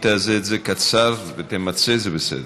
אם תעשה את זה קצר ותמצה, זה בסדר.